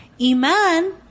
Iman